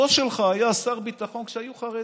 הבוס שלך היה שר ביטחון כשהיו חרדים,